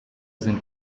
sind